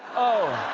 oh!